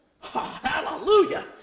hallelujah